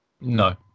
No